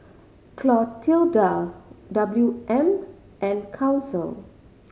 Clotilda W M and Council